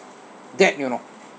that you know